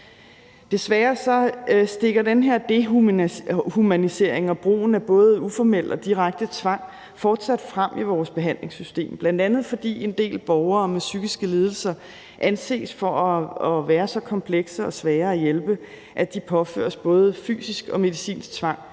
Desværre stikker den her dehumanisering og brugen af både uformel og direkte tvang fortsat hovedet frem i vores behandlingssystem, bl.a. fordi en del borgere med psykiske lidelser anses for at være så komplekse og svære at hjælpe, at de påføres både fysisk og medicinsk tvang